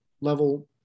level